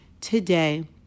today